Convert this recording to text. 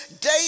day